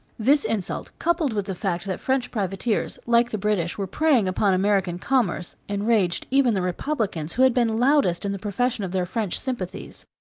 this insult, coupled with the fact that french privateers, like the british, were preying upon american commerce, enraged even the republicans who had been loudest in the profession of their french sympathies.